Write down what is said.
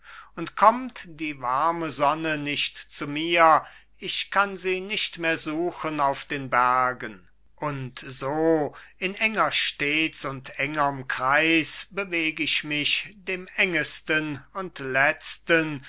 und kommt die warme sonne nicht zu mir ich kann sie nicht mehr suchen auf den bergen und so in enger stets und engerm kreis beweg ich mich dem engesten und letzten